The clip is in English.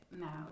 now